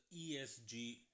ESG